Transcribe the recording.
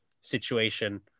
situation